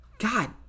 God